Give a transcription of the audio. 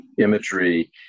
imagery